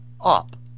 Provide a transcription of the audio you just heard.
Up